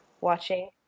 watching